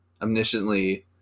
omnisciently